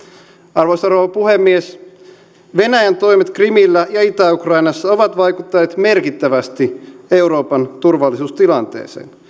arvoisa rouva puhemies venäjän toimet krimillä ja itä ukrainassa ovat vaikuttaneet merkittävästi euroopan turvallisuustilanteeseen